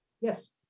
Yes